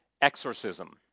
exorcism